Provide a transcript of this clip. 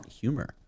humor